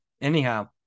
Anyhow